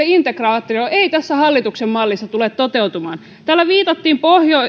integraatio ei tässä hallituksen mallissa tule toteutumaan täällä viitattiin